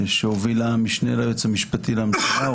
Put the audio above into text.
שהובילה המשנה ליועץ המשפטי לממשלה,